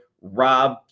Rob